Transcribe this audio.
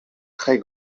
très